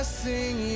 sing